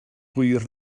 hwyr